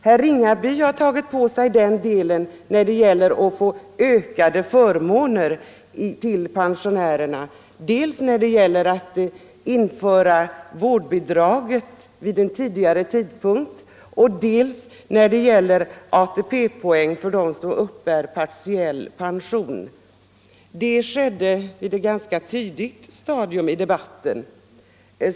Herr Ringaby har tagit på sig den del som rör ökade förmåner till pensionärerna: dels den reservation som går ut på en höjning av vårdbidrag vid en tidigare tidpunkt än majoriteten föreslagit, dels den reservation som gäller ATP poäng för dem som uppbär partiell pension. Han talade på ett ganska tidigt stadium i debatten.